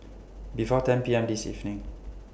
before ten P M This evening